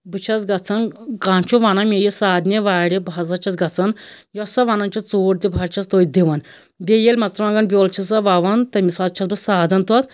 بہٕ چھَس گژھان کانٛہہ چھُ وَنان مےٚ یہِ سادنہِ وارِ بہٕ حظ چھَس گژھان یۄس سۄ وَنان چھِ ژوٗر دِ بہٕ حظ چھَس تٔتھۍ دِوان بیٚیہِ ییٚلہِ مرژٕوانگَن بیول چھِ سۄ وَوان تہٕ تٔمِس حظ چھَس بہٕ سادَن تَتھ